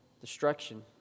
destruction